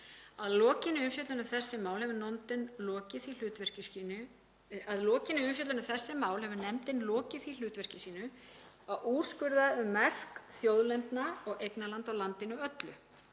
Að lokinni umfjöllun um þessi mál hefur nefndin lokið því hlutverki sínu að úrskurða um mörk þjóðlendna og eignarlanda á landinu öllu